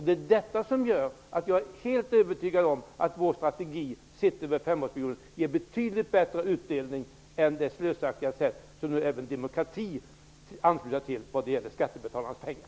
Detta gör att jag är helt övertygad om att vår strategi sett över en femårsperiod ger en betydligt bättre utdelning än som är fallet med den slösaktiga politik som nu även Ny demokrati ansluter sig till när det gäller skattebetalarnas pengar.